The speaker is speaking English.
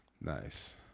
nice